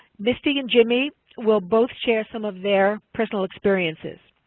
misty and jimmy will both share some of their personal experiences.